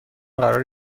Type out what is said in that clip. قرار